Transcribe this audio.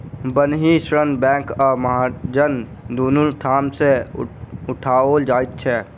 बन्हकी ऋण बैंक आ महाजन दुनू ठाम सॅ उठाओल जाइत छै